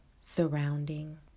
surrounding